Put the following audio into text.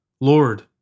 Lord